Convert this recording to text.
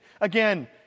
Again